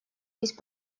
есть